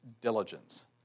diligence